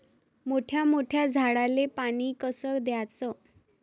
मोठ्या मोठ्या झाडांले पानी कस द्याचं?